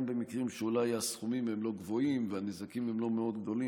גם במקרים שאולי הסכומים הם לא גבוהים והנזקים הם לא מאוד גדולים,